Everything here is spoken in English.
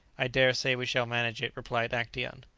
i dare say we shall manage it, replied actaeon.